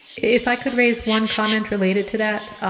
if i could raise one comment related to that,